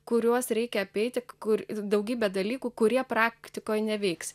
kuriuos reikia apeiti kur daugybė dalykų kurie praktikoj neveiks